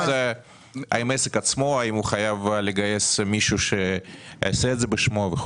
האם העסק עצמו חייב לגייס מישהו שיעשה את זה בשמו?